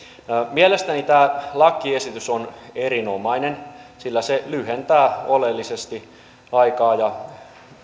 mielestäni tämä lakiesitys on erinomainen sillä se lyhentää oleellisesti aikaa ja